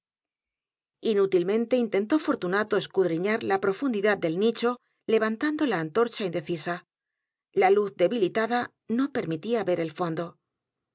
a t o escudriñar la profundidad del nicho levantando la antorcha indecisa la luz debilitada no permitía ver el fondo